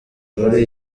muri